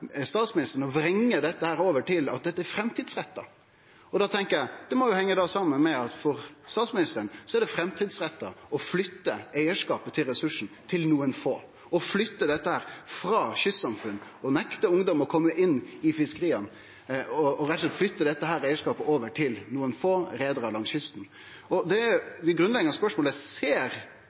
statsministeren å vrengje dette over til at det er framtidsretta? Da tenkjer eg at det må hengje saman med at det for statsministeren er framtidsretta å flytte eigarskapen til ressursen til nokre få, flytte han frå kystsamfunn og nekte ungdom å kome inn i fiskeria – rett og slett å flytte eigarskapen til nokre få reiarar langs kysten. Det grunnleggjande spørsmålet er: Ser statsministeren at dette kan vere problematisk, at dette kan vere … Jeg ser